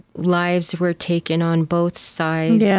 lives were taken on both sides, yeah